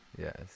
Yes